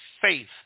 faith